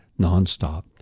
nonstop